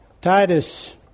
Titus